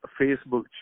Facebook